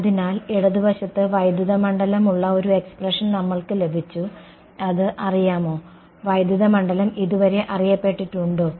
അതിനാൽ ഇടതുവശത്ത് വൈദ്യുത മണ്ഡലം ഉള്ള ഒരു എക്സ്പ്രെഷൻ നമ്മൾക്ക് ലഭിച്ചു അത് അറിയാമോ വൈദ്യുത മണ്ഡലം ഇതുവരെ അറിയപ്പെട്ടിട്ടുണ്ടോ